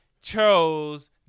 chose